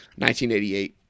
1988